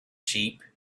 sheep